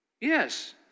yes